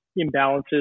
imbalances